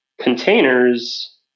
containers